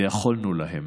ויכולנו להם.